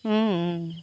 অঁ অঁ